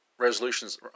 resolutions